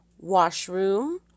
washroom